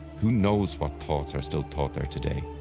who knows what thoughts are still thought there today?